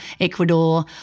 Ecuador